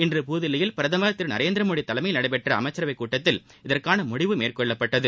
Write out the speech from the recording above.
இன்று புதுதில்லியில் பிரதமர் திரு நரேந்திரமோடி தலைமையில் நடைபெற்ற அமைச்சரவைக் கூட்டத்தில் இதற்கான முடிவு மேற்கொள்ளப்பட்டது